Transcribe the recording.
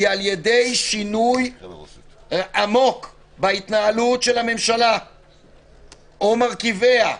היא על ידי שינוי עמוק בהתנהלות של הממשלה או מרכיביה.